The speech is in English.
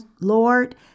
Lord